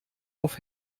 auf